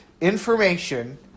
information